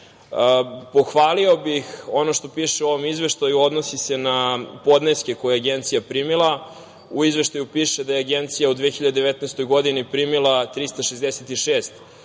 godišnje. Pohvalio bih ono što piše u ovom izveštaju a odnosi se na podneske koje je Agencija primila. U Izveštaju piše da je Agencija u 2019. godini primila 366